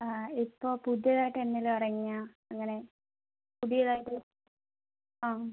ഇപ്പോൾ പുതിയ ട്രെൻഡ് എല്ലാം ഇറങ്ങിയ അങ്ങനെ പുതിയത് ആയിട്ടുള്ള